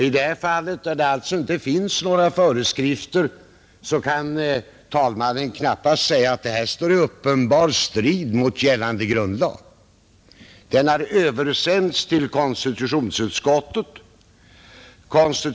I detta fall, där det alltså inte finns några föreskrifter, kan talmannen knappast säga att motionerna står i uppenbar strid med gällande grundlag. Motionerna har översänts till konstitutionsutskottet.